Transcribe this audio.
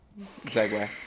segue